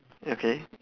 okay